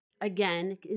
again